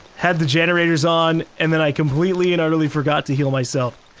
had the generators on, and then i completely and utterly forgot to heal myself.